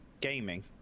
Gaming